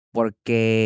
Porque